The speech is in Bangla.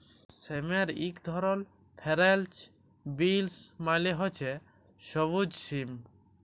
সিমের ইক ধরল ফেরেল্চ বিলস মালে হছে সব্যুজ সিম